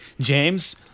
James